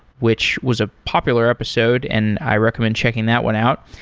which was a popular episode and i recommend checking that one out.